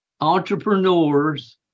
entrepreneurs